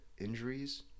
injuries